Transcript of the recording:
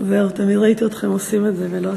תמיד ראיתי אתכם עושים את זה ולא עשיתי.